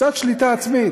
קצת שליטה עצמית.